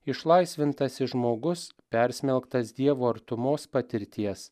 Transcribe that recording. išlaisvintasis žmogus persmelktas dievo artumos patirties